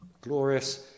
Glorious